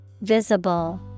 Visible